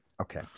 Okay